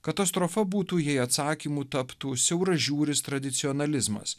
katastrofa būtų jei atsakymu taptų siauras žiūris tradicionalizmas